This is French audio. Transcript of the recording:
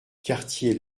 quartier